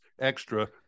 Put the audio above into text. extra